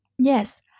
Yes